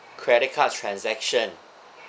credit card transaction